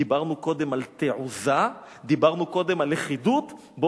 דיברנו קודם על דבקות במשימה,